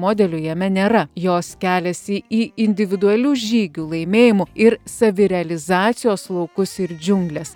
modelių jame nėra jos keliasi į individualių žygių laimėjimų ir savirealizacijos laukus ir džiungles